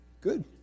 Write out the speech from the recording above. Good